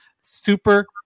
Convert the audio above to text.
super